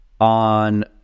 on